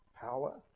power